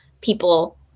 people